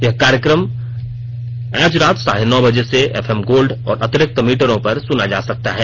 यह कार्यक्रम आज रात साढे नौ बजे से एफएम गोल्ड और अतिरिक्त मीटरों पर सुना जा सकता है